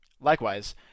Likewise